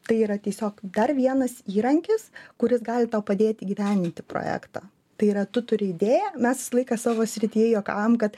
tai yra tiesiog dar vienas įrankis kuris gali tau padėt įgyvendinti projektą tai yra tu turi idėją mes visą laiką savo srityje juokaujam kad